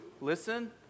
listen